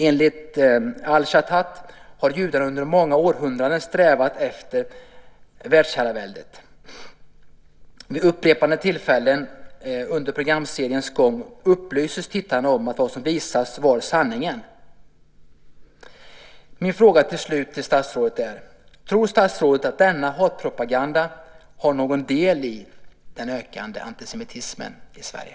Enligt Al-Shatat har judar under många århundraden strävat efter världsherraväldet. Vid upprepade tillfällen under programseriens gång upplystes tittarna om att vad som visades var sanningen. Till slut blir min fråga till statsrådet: Tror statsrådet att denna hatpropaganda har någon del i den ökande antisemitismen i Sverige?